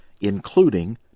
including